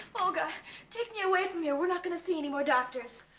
olga take me away from here. we're not gonna see any more doctors.